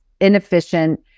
inefficient